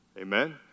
Amen